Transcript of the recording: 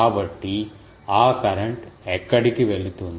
కాబట్టి ఆ కరెంట్ ఎక్కడికి వెళుతుంది